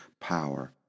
power